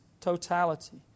totality